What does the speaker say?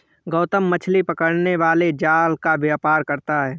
गौतम मछली पकड़ने वाले जाल का व्यापार करता है